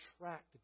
attract